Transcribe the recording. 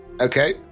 Okay